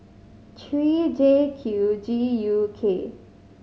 three J Q G U K